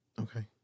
Okay